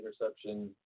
interception